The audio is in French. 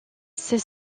ses